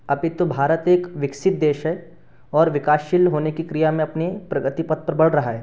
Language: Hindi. अभी तो भारत एक विकसित देश है और विकाशील होने की क्रिया में अपने प्रगति पथ पर बढ़ रहा है